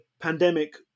pandemic